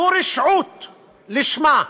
זו רשעות לשמה,